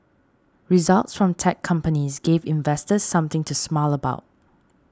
results from tech companies gave investors something to smile about